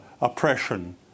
oppression